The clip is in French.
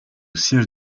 siège